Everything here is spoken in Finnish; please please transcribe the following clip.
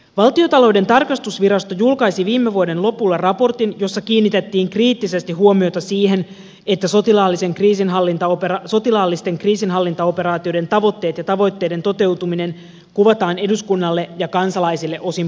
valtiontalouden tarkastusvirasto julkaisi viime vuoden lopulla raportin jossa kiinnitettiin kriittisesti huomiota siihen että sotilaallisten kriisinhallintaoperaatioiden tavoitteet ja tavoitteiden toteutuminen kuvataan eduskunnalle ja kansalaisille osin puutteellisesti